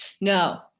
No